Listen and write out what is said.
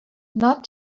not